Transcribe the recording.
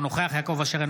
אינו נוכח יעקב אשר,